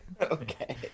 Okay